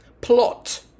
Plot